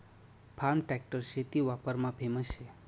form tractor शेती वापरमा famous शे